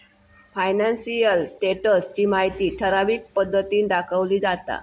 financial status ची माहिती ठराविक पद्धतीन दाखवली जाता